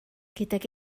gydag